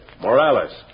Morales